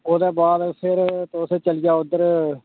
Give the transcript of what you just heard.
ठीक ऐ ठीक ऐ